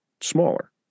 smaller